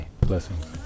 Blessings